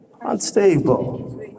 unstable